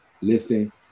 listen